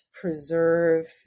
preserve